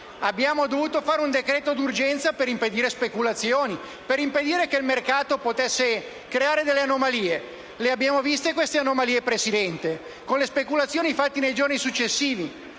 di aver dovuto adottare un decreto-legge per impedire speculazioni e per evitare che il mercato potesse creare anomalie: le abbiamo viste queste anomalie, Presidente, con le speculazioni fatte nei giorni successivi!